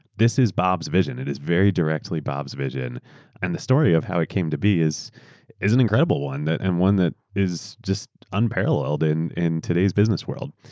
this is bobaeurs vision. it is very directly bobaeurs vision and the story of how it came to be is is an incredible one and one that is just unparalleled in in todayaeurs business world.